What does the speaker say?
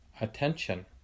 attention